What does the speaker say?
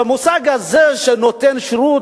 במושג הזה של נותן שירות,